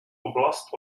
oblast